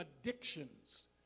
addictions